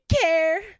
care